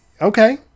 Okay